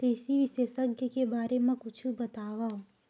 कृषि विशेषज्ञ के बारे मा कुछु बतावव?